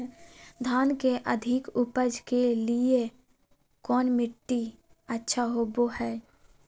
धान के अधिक उपज के लिऐ कौन मट्टी अच्छा होबो है?